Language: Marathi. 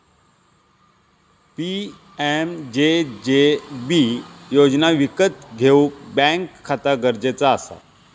पी.एम.जे.जे.बि योजना विकत घेऊक बॅन्क खाता गरजेचा असा